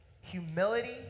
humility